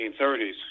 1930s